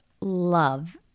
love